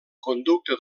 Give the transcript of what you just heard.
conducta